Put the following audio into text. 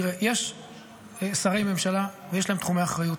תראה, יש שרי הממשלה, ויש להם תחומי אחריות.